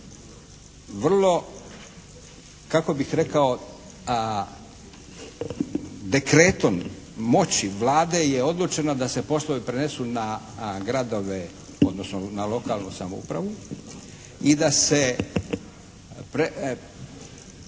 vrlo kako bih rekao dekretom moći Vlade je odlučeno da se poslovi prenesu na gradove, odnosno na lokalnu samoupravu i da se da